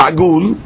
Agul